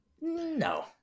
No